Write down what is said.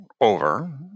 over